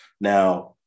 Now